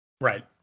Right